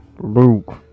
Luke